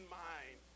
mind